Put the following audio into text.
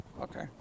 Okay